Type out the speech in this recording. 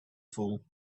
fool